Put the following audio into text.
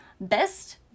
Best